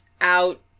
out